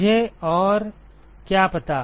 मुझे और क्या पता